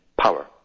power